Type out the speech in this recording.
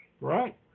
right